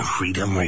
Freedom